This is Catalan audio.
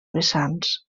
vessants